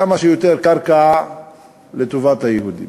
כמה שיותר קרקע לטובת היהודים.